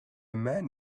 man